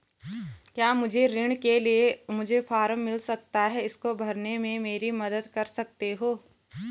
क्या मुझे ऋण के लिए मुझे फार्म मिल सकता है इसको भरने में मेरी मदद कर सकते हो?